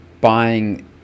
buying